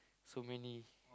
so many